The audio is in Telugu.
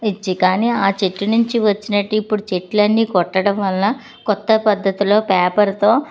ఇచ్చి కానీ ఆ చెట్టు నుంచి వచ్చినవి ఇప్పుడు చెట్లన్నీ కొట్టడం వల్ల క్రొత్త పద్ధతిలో పేపరుతో